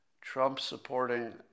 Trump-supporting